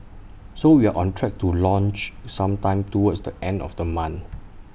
so we're on track to launch sometime towards the end of the month